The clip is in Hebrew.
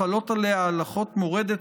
חלות עליה הלכות מורדת,